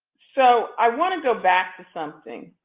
so i want to go back to something.